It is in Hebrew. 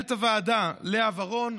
למנהלת הוועדה, לאה ורון,